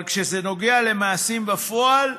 אבל כשזה נוגע למעשים בפועל,